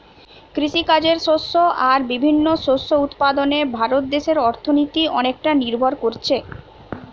কৃষিকাজের শস্য আর বিভিন্ন শস্য উৎপাদনে ভারত দেশের অর্থনীতি অনেকটা নির্ভর কোরছে